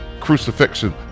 crucifixion